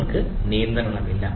നമ്മൾക്ക് നിയന്ത്രണമില്ല